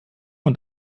und